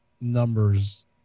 numbers